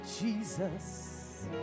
Jesus